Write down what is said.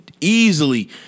easily